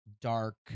dark